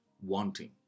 wanting